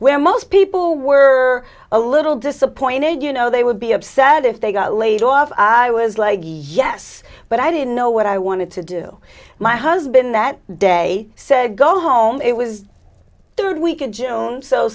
where most people were a little disappointed you know they would be upset if they got laid off i was like yes but i didn't know what i wanted to do my husband that day said go home it was third week of june so